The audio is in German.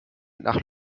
nach